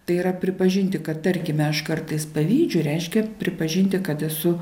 tai yra pripažinti kad tarkime aš kartais pavydžiu reiškia pripažinti kad esu